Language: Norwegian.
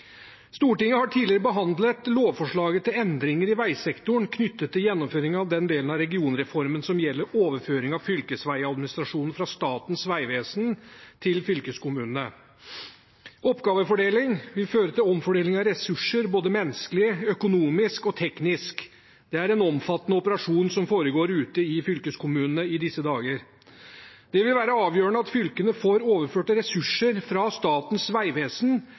Stortinget har tidligere behandlet lovforslaget til endringer i veisektoren knyttet til gjennomføring av den delen av regionreformen som gjelder overføring av fylkesveiadministrasjonen fra Statens vegvesen til fylkeskommunene. Oppgavefordeling vil føre til omfordeling av ressurser, både menneskelige, økonomiske og tekniske. Det er en omfattende operasjon som foregår ute i fylkeskommunene i disse dager. Det vil være avgjørende at fylkene får overført ressurser fra Statens vegvesen